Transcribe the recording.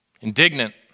indignant